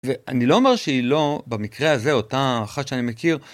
ואני לא אומר שהיא לא, במקרה הזה, אותה אחת שאני מכיר.